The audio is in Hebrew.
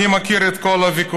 אני מכיר את כל הוויכוחים,